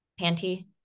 Panty